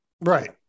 Right